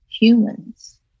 humans